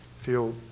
feel